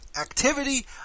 activity